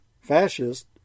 fascist